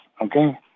okay